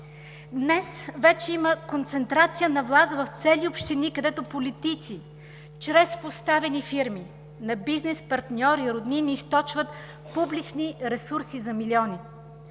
Днес вече има концентрация на власт в цели общини, където политици чрез поставени фирми на бизнес партньори, роднини, източват публични ресурси за милиони.